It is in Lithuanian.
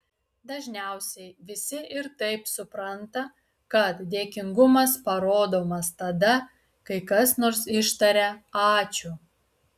dažniausiai visi ir taip supranta kad dėkingumas parodomas tada kai kas nors ištaria ačiū